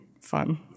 fun